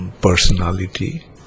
personality